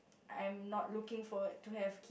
I'm not looking forward to have